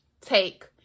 Take